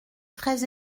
très